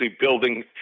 building